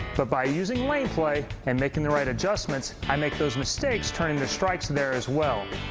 but by using lane play and making the right adjustments, i make those mistakes turn into strikes there as well.